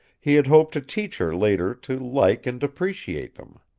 he had hoped to teach her later to like and appreciate them.